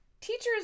Teachers